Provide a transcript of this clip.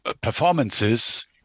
performances